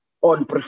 on